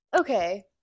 okay